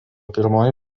pirmoji